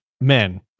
men